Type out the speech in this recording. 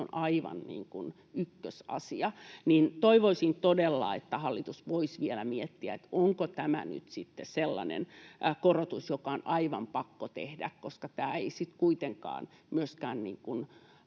on aivan ykkösasia, niin toivoisin todella, että hallitus voisi vielä miettiä, että onko tämä nyt sitten sellainen korotus, joka on aivan pakko tehdä, koska tämä ei sitten kuitenkaan myöskään